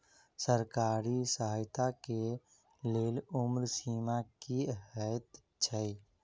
सरकारी सहायता केँ लेल उम्र सीमा की हएत छई?